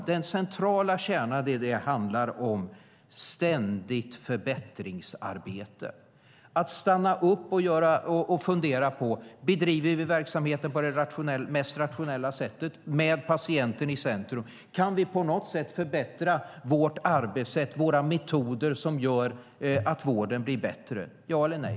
Jo, den centrala kärnan, det som det handlar om, är ett ständigt förbättringsarbete. Det handlar om att stanna upp och fundera: Bedriver vi verksamheten på det mest rationella sättet med patienten i centrum? Kan vi på något sätt förbättra vårt arbetssätt, våra metoder, som gör att vården blir bättre? Ja eller nej.